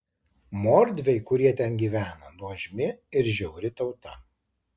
mordviai kurie ten gyvena nuožmi ir žiauri tauta